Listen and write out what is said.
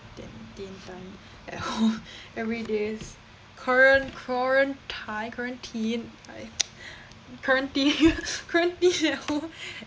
tin~ time at home every day quaran~ quaranti~ quarantine I quarantine quarantine at home